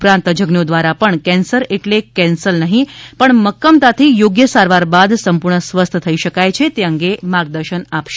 ઉપરાંત તજજ્ઞો દ્વારા પણ કેન્સર એટલે કેન્સલ નહિં પણ મક્કમતાથી યોગ્ય સારવાર બાદ સંપૂર્ણ સ્વસ્થ થઇ શકાય છે તે અંગે માર્ગદર્શન અપાશે